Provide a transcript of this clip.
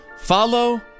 follow